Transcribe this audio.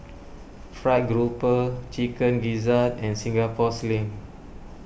Fried Grouper Chicken Gizzard and Singapore Sling